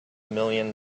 million